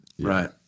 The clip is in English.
Right